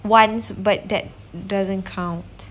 once but that doesn't count